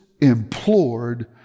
implored